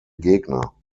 gegner